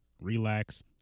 relax